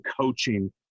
coaching